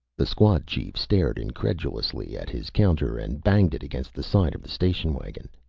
the squad chief stared incredulously at his counter and banged it against the side of the station wagon.